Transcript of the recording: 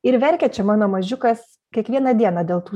ir verkia čia mano mažiukas kiekvieną dieną dėl tų